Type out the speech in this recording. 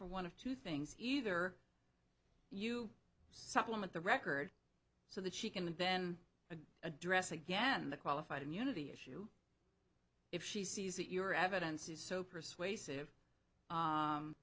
for one of two things either you supplement the record so that she can and then the address again the qualified immunity issue if she sees that your evidence is so persuasive